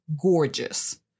gorgeous